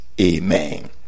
Amen